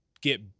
get